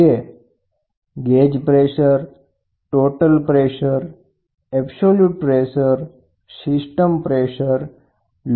તે total vacuum અથવા તો શૂન્ય એબ્સોલયુટ દબાણની ઉપર માપવામાં આવતું દબાણ છે